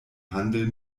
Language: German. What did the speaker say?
handel